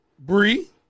Bree